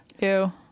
Ew